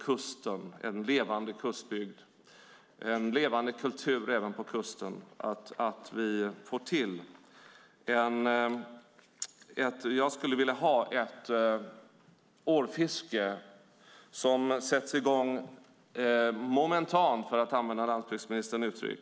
Vi ska ha en levande kustbygd och en levande kultur även på kusten, och då är det viktigt att vi får till ett ålfiske som sätts i gång momentant - för att använda landsbygdsministerns uttryck.